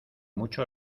mucho